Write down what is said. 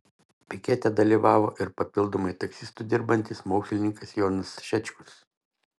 pikete dalyvavo ir papildomai taksistu dirbantis mokslininkas jonas šečkus